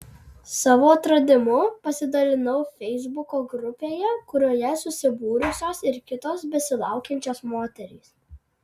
savo atradimu pasidalinau feisbuko grupėje kurioje susibūrusios ir kitos besilaukiančios moterys